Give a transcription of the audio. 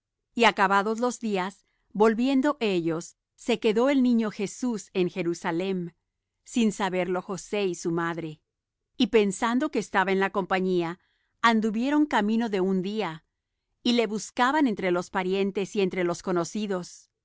y acabados los días volviendo ellos se quedó el niño jesús en jerusalem sin saberlo josé y su madre y pensando que estaba en la compañía anduvieron camino de un día y le buscaban entre los parientes y entre los conocidos mas